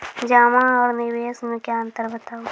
जमा आर निवेश मे अन्तर बताऊ?